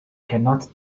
cannot